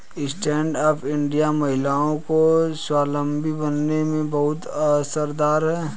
stand up India महिलाओं को स्वावलम्बी बनाने में बहुत असरदार है